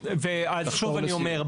שוב אני אומר,